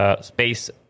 space